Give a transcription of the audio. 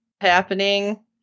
happening